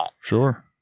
Sure